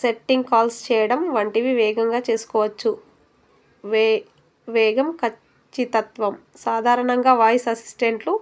setting calls చేయడం వంటివి వేగంగా చేసుకోవచ్చు వే వేగం ఖచ్చితత్వం సాధారణంగా వాయిస్ అసిస్టెంట్లు